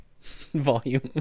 volume